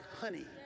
honey